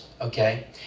okay